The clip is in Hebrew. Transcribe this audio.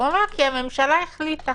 הוא אמר: כי הממשלה החליטה.